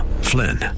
Flynn